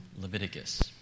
Leviticus